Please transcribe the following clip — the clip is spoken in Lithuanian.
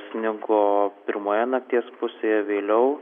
snigo pirmoje nakties pusėje vėliau